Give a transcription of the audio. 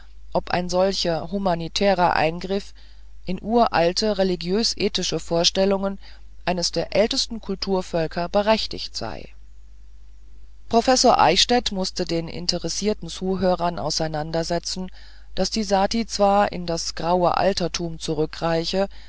ob ein solcher humanitärer eingriff in uralte religiös ethische vorstellungen eines der ältesten kulturvölker berechtigt sei professor eichstädt mußte den interessierten zuhörern auseinandersetzen daß die sati zwar in das graue altertum zurückreiche